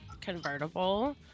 convertible